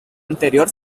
anterior